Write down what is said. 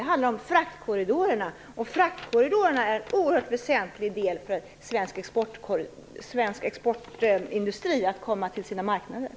Det handlade om fraktkorridorerna, som är en oerhört väsentlig del för att svensk exportindustri skall komma till marknaderna.